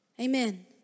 Amen